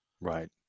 Right